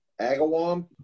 Agawam